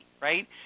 right